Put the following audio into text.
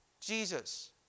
Jesus